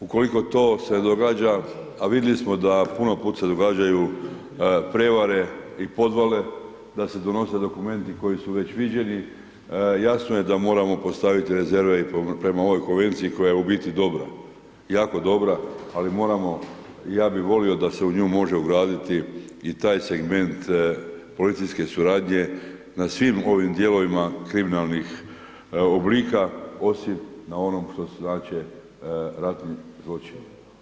Ukoliko to se događa, a vidjeli smo da puno puta se događaju prevare i podvale, da se donose dokumenti koji su već viđeni, jasno je da moamo postaviti rezerve i prema ovoj konvenciji koja je u biti dobra, jako dobra, ali moramo, ja bi volio da se u nju može ugraditi i taj segment policijske suradnje, na svim ovim dijelovima kriminalnih oblika, osim na onom kroz … ratnih zločina.